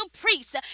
priests